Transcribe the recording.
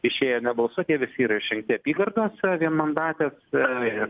išėjo ar ne balsuot jie visi yra išrinkti apygardose vienmandatėse ir